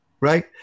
Right